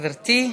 גברתי.